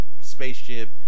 spaceship